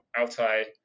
Altai